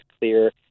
clear